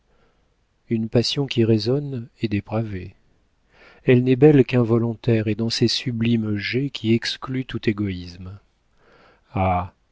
une passion qui raisonne est dépravée elle n'est belle qu'involontaire et dans ces sublimes jets qui excluent tout égoïsme